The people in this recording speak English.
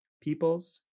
Peoples